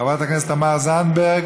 חברת הכנסת תמר זנדברג,